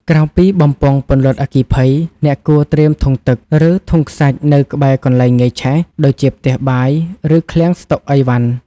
ក្រៅពីបំពង់ពន្លត់អគ្គីភ័យ អ្នកគួរត្រៀមធុងទឹក ឬធុងខ្សាច់នៅក្បែរកន្លែងងាយឆេះ ដូចជាផ្ទះបាយ ឬឃ្លាំងស្តុកឥវ៉ាន់។